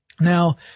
Now